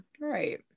Right